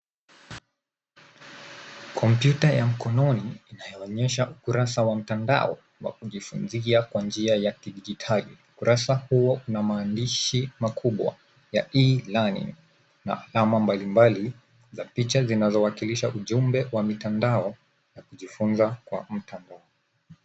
Kompyuta ya mkononi inayoonyesha ukurasa wa mtandao wa kujifunzia kwa njia ya kidijitali. Ukurasa huo una maandishi kubwa ya E-learning na mnara mbalimbali za picha zinazo wakilisha ujumbe wa mtandao na kujifunza mtandaoni.